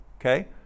Okay